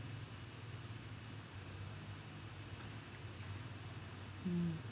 mm